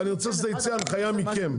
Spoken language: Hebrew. אני רוצה שזה ייצא הנחיה מכם.